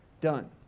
done